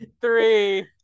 three